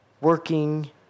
working